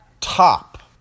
top